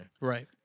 Right